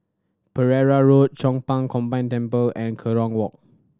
Pereira Road Chong Pang Combined Temple and Kerong Walk